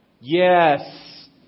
yes